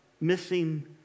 missing